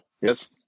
Yes